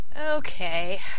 Okay